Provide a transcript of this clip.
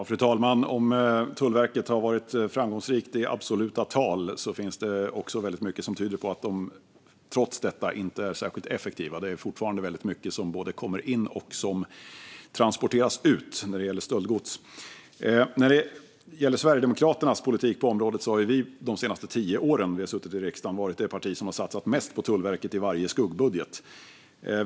Fru talman! Även om Tullverket har varit framgångsrika i absoluta tal finns det väldigt mycket som tyder på att de trots detta inte är särskilt effektiva. Det är fortfarande väldigt mycket som både kommer in och som transporteras ut när det gäller stöldgods. När det gäller Sverigedemokraternas politik på området har vi under de tio år som vi har suttit i riksdagen varit det parti som har satsat mest på Tullverket i varje skuggbudget.